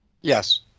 Yes